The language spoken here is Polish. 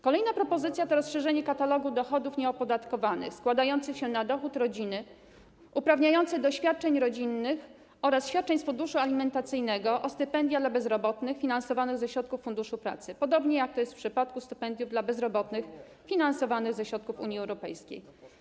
Kolejna propozycja to jest rozszerzenie katalogu dochodów nieopodatkowanych, składających się na dochód rodziny uprawniający do świadczeń rodzinnych oraz świadczeń z funduszu alimentacyjnego, o stypendia dla bezrobotnych finansowane ze środków Funduszu Pracy, podobnie jak to jest w przypadku stypendiów dla bezrobotnych finansowanych ze środków Unii Europejskiej.